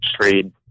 trade